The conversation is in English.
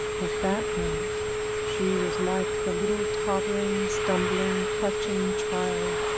but that night she was like the little tottering, stumbling, clutching child,